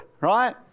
right